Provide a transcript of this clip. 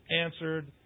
answered